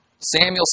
Samuel